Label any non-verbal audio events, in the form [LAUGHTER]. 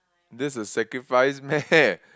that's a sacrifice meh [LAUGHS]